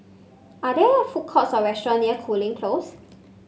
are there food courts or restaurant near Cooling Close